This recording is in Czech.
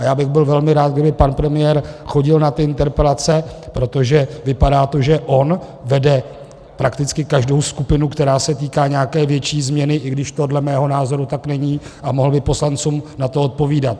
Byl bych velmi rád, kdyby pan premiér chodil na ty interpelace, protože to vypadá, že on vede prakticky každou skupinu, která se týká nějaké větší změny, i když podle mého názoru tomu tak není, a mohl by poslancům na to odpovědět.